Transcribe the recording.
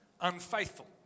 unfaithful